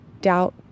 doubt